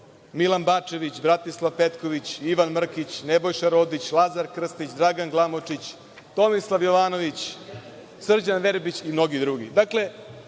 Milan Bačević, Bratislav Petković, Ivan Mrkić, Nebojša Rodić, Lazar Krstić, Dragan Glamočić, Tomislav Jovanović, Srđan Verbić i mnogi drugi.